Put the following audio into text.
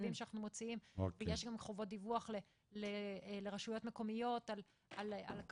הצווים שאנחנו מוציאים ויש שם חובות דיווח לרשויות המקומיות על ההנגשה.